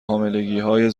حاملگیهای